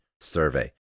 survey